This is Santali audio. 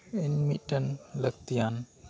ᱤᱧ ᱢᱤᱫᱴᱮᱱ ᱞᱟᱹᱠᱛᱤᱭᱟᱱ